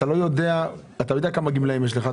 אתה לא יודע כמה גמלאים יש לך,